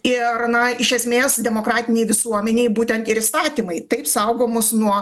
ir na iš esmės demokratinėj visuomenėj būtent ir įstatymai taip saugo mus nuo